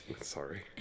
Sorry